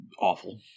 Awful